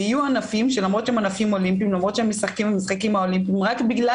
ויהיו ענפים למרות שהם משחקים במשחקים האולימפיים רק בגלל